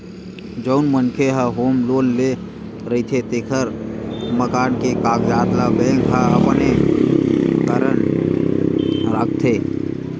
जउन मनखे ह होम लोन ले रहिथे तेखर मकान के कागजात ल बेंक ह अपने करन राखथे